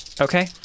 Okay